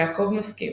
יעקב מסכים,